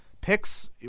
picks